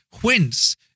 Whence